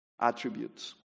attributes